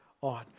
on